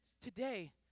today